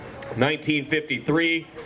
1953